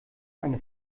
eine